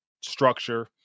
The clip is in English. structure